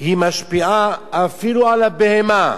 משפיעה אפילו על הבהמה.